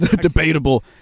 Debatable